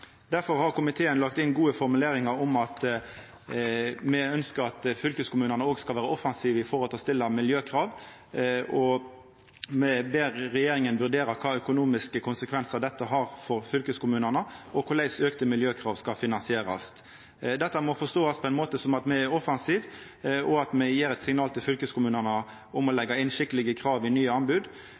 Derfor har komiteen lagt inn gode formuleringar om at me ønskjer at fylkeskommunane òg skal vera offensive når det gjeld å stilla miljøkrav, og me ber regjeringa vurdera kva for økonomiske konsekvensar dette har for fylkeskommunane, og korleis auka miljøkrav skal finansierast. Dette må forståast som at me er offensive og gjev eit signal til fylkeskommunane om å leggja inn skikkelege krav i nye anbod.